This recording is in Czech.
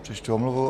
Přečtu omluvu.